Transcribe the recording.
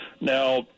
Now